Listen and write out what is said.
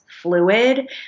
fluid